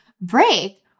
break